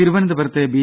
തിരുവനന്തപുരത്ത് ബി